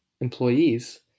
employees